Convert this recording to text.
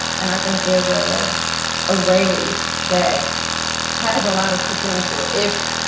and i think there's ah a rage that has a lot of potential. if,